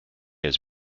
has